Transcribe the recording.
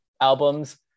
albums